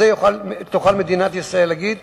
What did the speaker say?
ובזה תוכל מדינת ישראל להגיד: